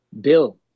Bill